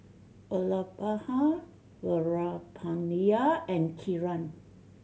Vallabhbhai Veerapandiya and Kiran